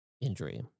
injury